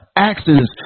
accidents